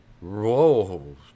Whoa